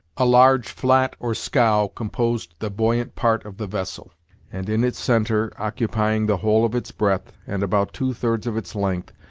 a large flat, or scow, composed the buoyant part of the vessel and in its centre, occupying the whole of its breadth, and about two thirds of its length,